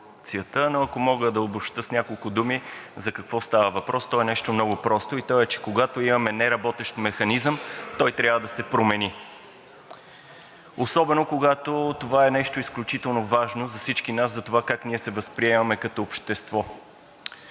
Но ако мога да обобщя с няколко думи за какво става въпрос, то е нещо много просто, то е, че когато имаме неработещ механизъм, той трябва да се промени, особено когато това е изключително важно за всички нас – затова как ние се възприемаме като общество.